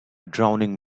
drowning